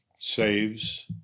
saves